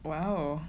!wow!